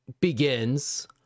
begins